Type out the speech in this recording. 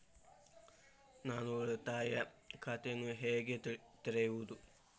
ನಾನು ಉಳಿತಾಯ ಖಾತೆಯನ್ನು ಹೇಗೆ ತೆರೆಯುವುದು?